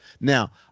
Now